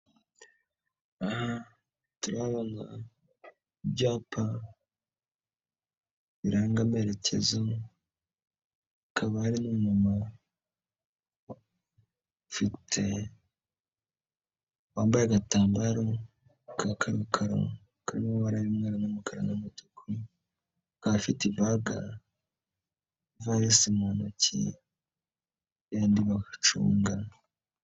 Aha turahabona ibyapa biranga amerekezo, hakaba harimo umumama ufite wambaye agatambaro ka karokaro k'amabara y'umweru n'umukara n'umutuku, akaba afite ibaga ivarisi mu ntoki yayindi bacunga.